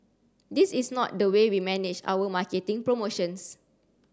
this is not the way we manage our marketing promotions